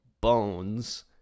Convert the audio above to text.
bones